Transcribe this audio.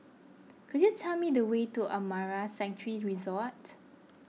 could you tell me the way to Amara Sanctuary Resort